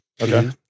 Okay